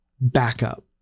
backup